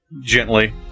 gently